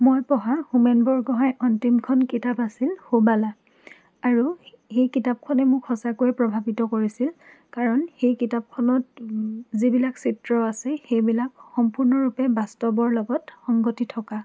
মোৰ পঢ়া হোমেন বৰগোহাঞিৰ অন্তিমখন কিতাপ আছিল সুবালা আৰু সেই কিতাপখনে মোক সঁচাকৈয়ে প্ৰভাৱিত কৰিছিল কাৰণ সেই কিতাপখনত যিবিলাক চিত্ৰ আছে সেইবিলাক সম্পূৰ্ণৰূপে বাস্তৱৰ লগত সংগতি থকা